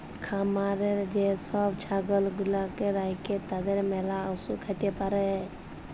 খামারে যে সব ছাগল গুলাকে রাখে তাদের ম্যালা অসুখ হ্যতে পারে